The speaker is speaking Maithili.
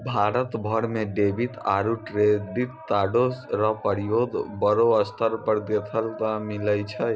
भारत भर म डेबिट आरू क्रेडिट कार्डो र प्रयोग बड़ो स्तर पर देखय ल मिलै छै